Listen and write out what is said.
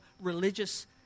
religious